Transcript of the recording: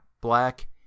black